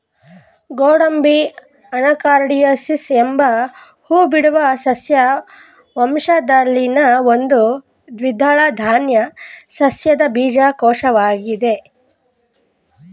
ಗೋಡಂಬಿ ಅನಾಕಾರ್ಡಿಯೇಸಿ ಎಂಬ ಹೂಬಿಡುವ ಸಸ್ಯ ವಂಶದಲ್ಲಿನ ಒಂದು ದ್ವಿದಳ ಧಾನ್ಯ ಸಸ್ಯದ ಬೀಜಕೋಶವಾಗಯ್ತೆ